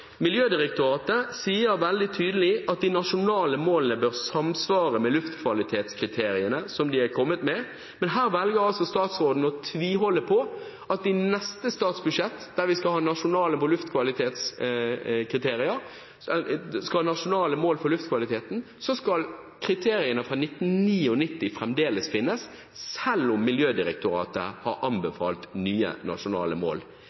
de nasjonale målene bør samsvare med luftkvalitetskriteriene som de har kommet med. Men her velger altså statsråden å tviholde på at i neste statsbudsjett, der vi skal ha nasjonale mål for luftkvaliteten, skal kriteriene fra 1999 fremdeles finnes, selv om Miljødirektoratet har anbefalt nye nasjonale mål.